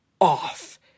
off